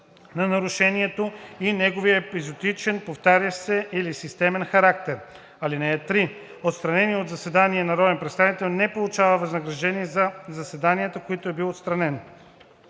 на нарушението и неговият епизодичен, повтарящ се или системен характер. (3) Отстраненият от заседание народен представител не получава възнаграждение за заседанията, от които е бил отстранен.“